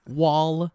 wall